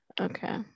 okay